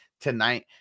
tonight